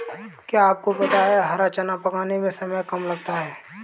क्या आपको पता है हरा चना पकाने में समय कम लगता है?